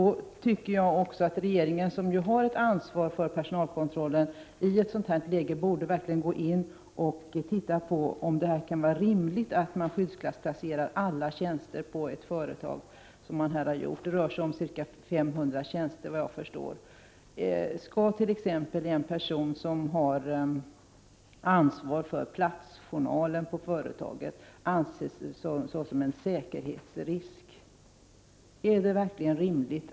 Om skyddsklassplacer Jag tycker att regeringen, som ju har ett ansvar för personalkontröllen, i ingen av tjänster vid detta läge borde gå in och undersöka om det kan vara rimligt att DAFA skyddsklassplacera alla tjänster på ett företag, så som DAFA har gjort. Det rör sig om ca 500 tjänster, såvitt jag kan förstå. Skall t.ex. en person som har ansvar för platsjournalen på företaget anses vara en säkerhetsrisk? Är det verkligen rimligt?